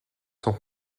sont